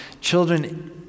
children